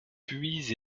puis